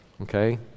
okay